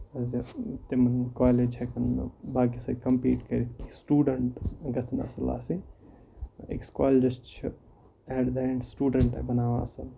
تِمن ہندۍ کالج ہٮ۪کن نہٕ باقین سۭتۍ کَمپیٖٹ کٔرِتھ کیٚنٛہہ سٹوٗڈنٹ گژھن اَصٕل آسٕنی أکِس کالجَس چھِ ایٹ دَ ایٚنڈ سُٹوٗڈنٹ بَناوان اَصٕل